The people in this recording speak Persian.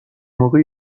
موقع